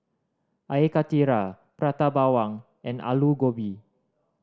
Air Karthira Prata Bawang and Aloo Gobi